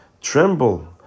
tremble